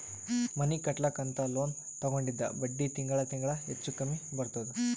ಮನಿ ಕಟ್ಲಕ್ ಅಂತ್ ಲೋನ್ ತಗೊಂಡಿದ್ದ ಬಡ್ಡಿ ತಿಂಗಳಾ ತಿಂಗಳಾ ಹೆಚ್ಚು ಕಮ್ಮಿ ಬರ್ತುದ್